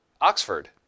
Oxford